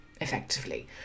effectively